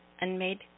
Unmade